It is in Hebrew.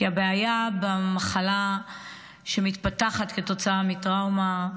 כי הבעיה במחלה שמתפתחת כתוצאה מטראומה,